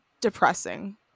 depressing